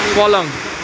पलङ